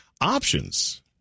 options